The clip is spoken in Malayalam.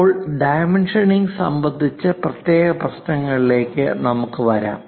ഇപ്പോൾ ഡൈമെൻഷനിംഗ് സംബന്ധിച്ച പ്രത്യേക പ്രശ്നങ്ങളിലേക്ക് നമുക്ക് വരാം